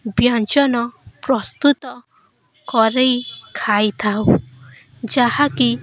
ବ୍ୟଞ୍ଜନ ପ୍ରସ୍ତୁତ କରାଇ ଖାଇଥାଉ ଯାହାକି